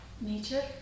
Nature